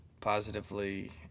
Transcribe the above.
positively